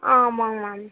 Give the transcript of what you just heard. ஆ ஆமாங்க மேம்